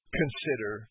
consider